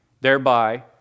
thereby